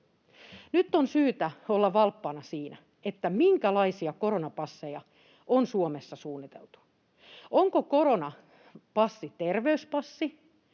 nyt on syytä olla valppaana siinä, että minkälaisia koronapasseja on Suomessa suunniteltu. Onko koronapassi terveyspassi